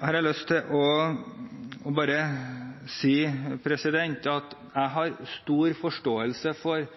har jeg bare lyst til å si at jeg har stor forståelse for